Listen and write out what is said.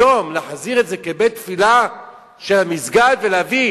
היום להחזיר את זה כבית-תפילה של המסגד ולהביא